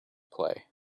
play